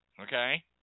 Okay